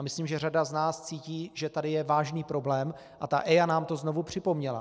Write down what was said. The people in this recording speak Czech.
Myslím, že řada z nás cítí, že tady je vážný problém, a ta EIA nám to znovu připomněla.